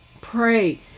Pray